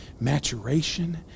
maturation